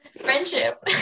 Friendship